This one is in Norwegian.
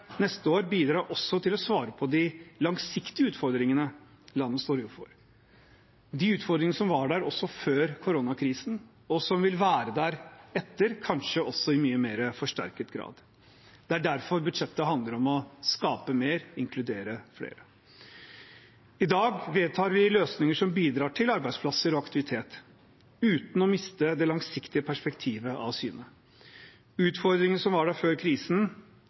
neste år bidrar også til å svare på de langsiktige utfordringene landet står overfor – de utfordringene som var der før koronakrisen, og som vil være der etter, kanskje i mye mer forsterket grad. Det er derfor budsjettet handler om å skape mer og inkludere flere. I dag vedtar vi løsninger som bidrar til arbeidsplasser og aktivitet, uten å miste det langsiktige perspektivet av syne. Utfordringene som var der før krisen,